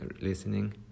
listening